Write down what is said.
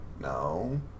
No